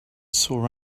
sore